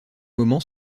moment